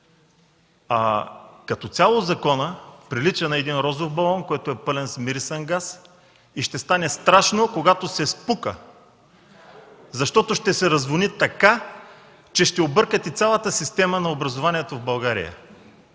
а като цяло законът прилича на розов балон, който е пълен с вмирисан газ и ще стане страшно, когато се спука, защото така ще се развони, че ще объркате цялата система на образованието в България.